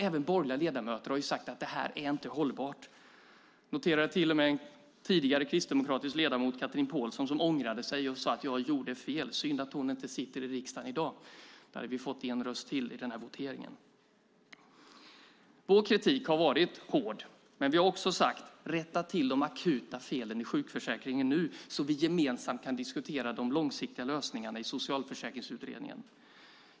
Även borgerliga ledamöter har sagt att detta inte är hållbart. Jag noterade att en tidigare kristdemokratisk riksdagsledamot, Chatrine Pålsson, ångrade sig och sade: Jag gjorde fel. Synd att hon inte sitter i riksdagen i dag. Då hade vi fått en röst till i voteringen. Vår kritik har varit hård, men vi har också sagt: Rätta till de akuta felen i sjukförsäkringen nu, så att vi gemensamt kan diskutera de långsiktiga lösningarna i Socialförsäkringsutredningen.